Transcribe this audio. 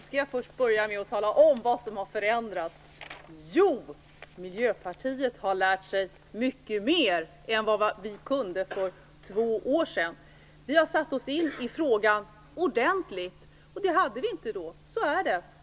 Herr talman! Jag skall börja med att tala om vad som har förändrats. Jo, vi i Miljöpartiet har lärt oss mycket mer än vi kunde för två år sedan. Vi har satt oss in i frågan ordentligt, och det hade vi inte gjort då. Så är det.